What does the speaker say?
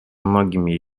многими